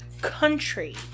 country